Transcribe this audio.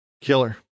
killer